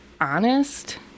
honest